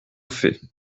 fait